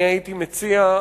אני הייתי מציע,